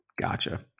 Gotcha